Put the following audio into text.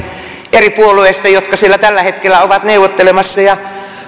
jotka siellä tällä hetkellä ovat neuvottelemassa ja